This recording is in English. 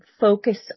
Focus